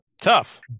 tough